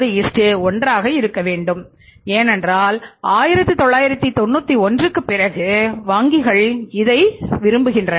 33 1 ஆக இருக்க வேண்டும் ஏனென்றால் 1991 க்குப் பிறகு வங்கிகள் இதை விரும்புகின்றன